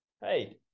hey